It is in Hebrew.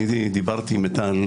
אני דיברתי עם מיטל,